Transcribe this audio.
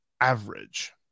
average